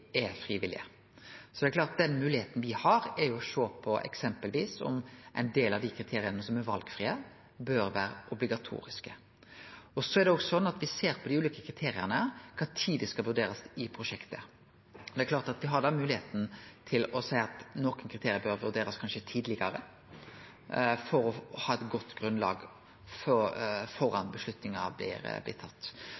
er frivillige, så det er klart at den moglegheita me har, er eksempelvis å sjå på om ein del av dei kriteria som er valfrie, bør vere obligatoriske. Det er òg sånn at me ser på kva tid dei ulike kriteria skal vurderast i prosjekt. Det er klart at da har me moglegheita til å seie at nokre kriterium kanskje bør vurderast tidlegare for å ha eit godt grunnlag